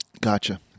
Gotcha